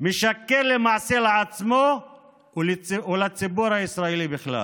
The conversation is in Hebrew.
משקר למעשה לעצמו ולציבור הישראלי בכלל.